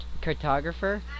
cartographer